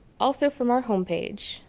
also from our homepage,